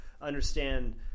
understand